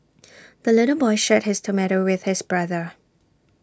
the little boy shared his tomato with his brother